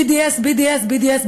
BDS ,BDS ,BDS,